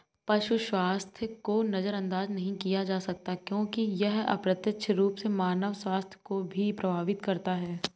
पशु स्वास्थ्य को नजरअंदाज नहीं किया जा सकता क्योंकि यह अप्रत्यक्ष रूप से मानव स्वास्थ्य को भी प्रभावित करता है